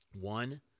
One